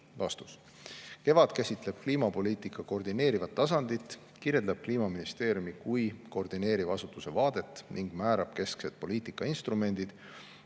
KEVAD käsitleb kliimapoliitika koordineerivat tasandit, kirjeldab Kliimaministeeriumi kui koordineeriva asutuse vaadet ning määrab kesksed poliitikainstrumendid,